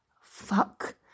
fuck